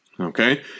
Okay